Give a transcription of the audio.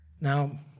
Now